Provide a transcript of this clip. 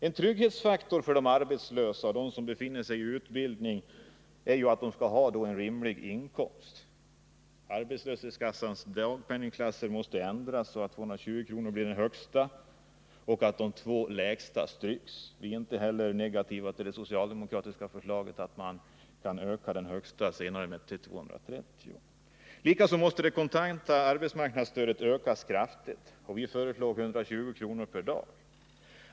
En trygghetsfaktor för de arbetslösa och dem som befinner sig i utbildning är att de får en rimlig inkomst. Arbetslöshetsförsäkringens dagpenningklasser måste ändras så att 220 kr. blir den högsta klassen och de nuvarande två lägsta stryks. Vi är inte heller negativa till det socialdemokratiska förslaget om att man kan öka den högsta klassen till 230 kr. Likaså måste det kontanta arbetsmarknadsstödet ökas kraftigt. Vi föreslår 120 kr. per dag.